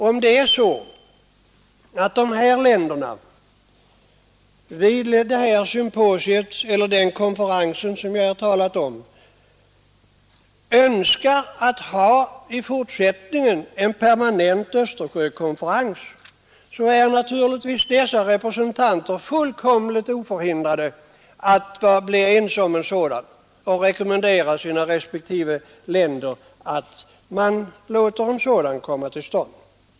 Om representanterna för de olika länderna vid det symposium eller den konferens som jag här talat om skulle bli ense om att det är önskvärt att i fortsättningen ha en permanent Östersjökonferens är de naturligtvis helt oförhindrade att rekommendera sina respektive länder att en sådan konferens kommer till stånd.